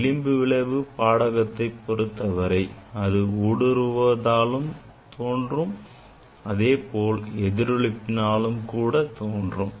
விளிம்பு விளைவு பாடகத்தை பொறுத்தவரை அது ஊடுருவுவதாலும் தோன்றும் அதேபோல் எதிரொளிப்பினாலும் கூட தோன்றும்